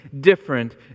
different